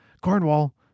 Cornwall